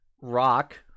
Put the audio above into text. rock